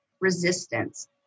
resistance